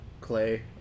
clay